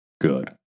Good